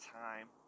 time